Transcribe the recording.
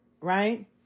right